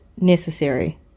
necessary